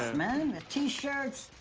man. ah t-shirts,